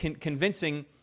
convincing